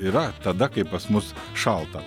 yra tada kai pas mus šalta